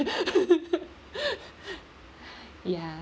ya